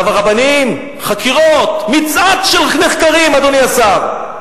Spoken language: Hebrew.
מכתב הרבנים, חקירות, מצעד של נחקרים, אדוני השר.